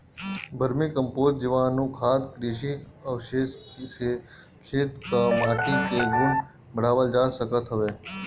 vermi compost, जीवाणुखाद, कृषि अवशेष से खेत कअ माटी के गुण बढ़ावल जा सकत हवे